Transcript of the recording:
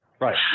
right